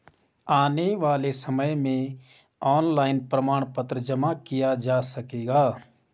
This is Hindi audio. आने वाले समय में ऑनलाइन प्रमाण पत्र जमा किया जा सकेगा